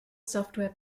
software